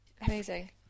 Amazing